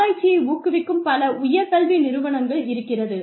ஆராய்ச்சியை ஊக்குவிக்கும் பல உயர் கல்வி நிறுவனங்கள் இருக்கிறது